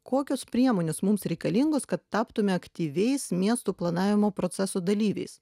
kokios priemonės mums reikalingos kad taptume aktyviais miestų planavimo proceso dalyviais